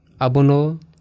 abono